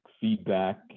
feedback